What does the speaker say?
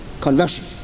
conversion